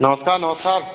नमस्कार नमस्कार